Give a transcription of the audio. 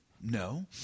No